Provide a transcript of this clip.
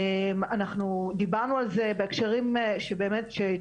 אנחנו דיברנו על זה בהקשרים שבאמת יש